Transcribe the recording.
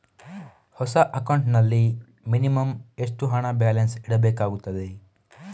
ಹೊಸ ಅಕೌಂಟ್ ನಲ್ಲಿ ಮಿನಿಮಂ ಎಷ್ಟು ಹಣ ಬ್ಯಾಲೆನ್ಸ್ ಇಡಬೇಕಾಗುತ್ತದೆ?